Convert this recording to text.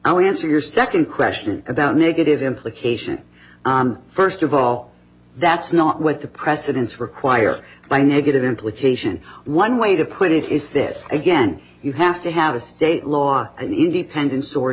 will answer your second question about negative implication first of all that's not what the precedence required by negative implication one way to put it is this again you have to have a state law an independen